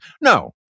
No